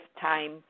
time